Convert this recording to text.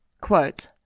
quote